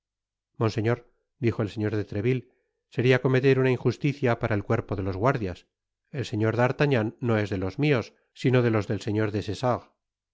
monseñor dijo el señor de treville seria cometer una injusticia para el cuerpo de los guardias el señor d'artagnan no es de los mios sino de los del señor